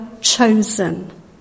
chosen